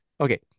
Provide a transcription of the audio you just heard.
Okay